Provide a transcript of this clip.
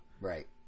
right